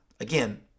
Again